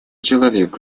человек